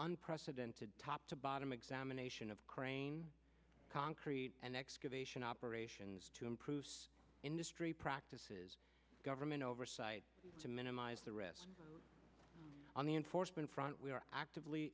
unprecedented top to bottom examination of crane concrete and excavation operations to improve industry practices government oversight to minimize the risk on the enforcement front we are actively